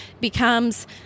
becomes